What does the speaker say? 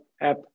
app